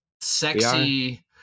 Sexy